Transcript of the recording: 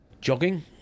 Jogging